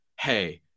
hey